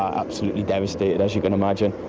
absolutely devastated, as you can imagine.